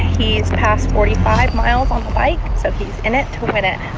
he's past forty five miles on the bike, so he's in it to win it.